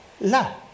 La